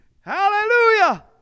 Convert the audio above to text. Hallelujah